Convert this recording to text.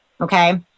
okay